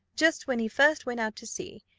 just when he first went out to sea.